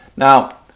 Now